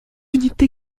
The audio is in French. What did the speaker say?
unité